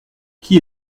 qui